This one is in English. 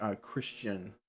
Christian